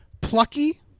plucky